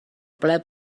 ple